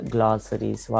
Glossaries